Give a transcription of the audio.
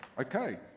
Okay